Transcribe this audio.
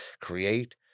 create